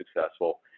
successful